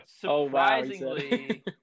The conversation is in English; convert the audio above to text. surprisingly